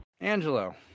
Angelo